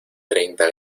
treinta